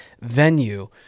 venue